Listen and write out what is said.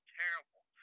terrible